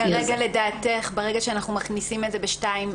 כרגע לדעתך ברגע שאנחנו מכניסים את זה בסעיף